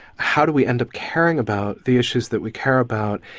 how do we end up caring about the issues that we care about,